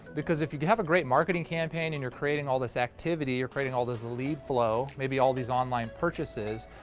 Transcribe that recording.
because if you have a great marketing campaign and you're creating all this activity, you're creating all this lead flow, maybe all these online purchases,